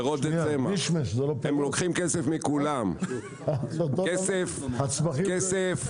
פירות זה צמח, הם לוקחים כסף מכולם, כסף, כסף.